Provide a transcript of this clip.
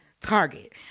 Target